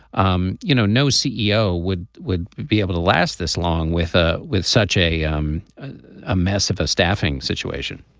um you know no ceo would would be able to last this long with ah with such a um a mess of a staffing situation